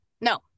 No